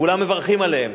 וכולם מברכים עליהם,